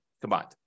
combined